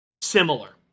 similar